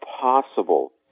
possible